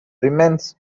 remnants